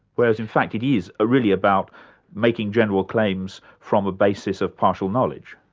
whereas in fact it is really about making general claims from a basis of partial knowledge.